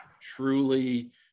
truly